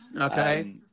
Okay